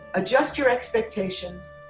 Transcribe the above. adjust your expectations.